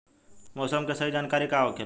मौसम के सही जानकारी का होखेला?